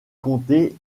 comté